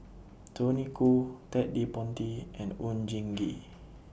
Tony Khoo Ted De Ponti and Oon Jin Gee